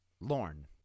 Lorne